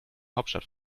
hauptstadt